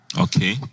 Okay